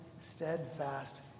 steadfast